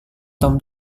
tom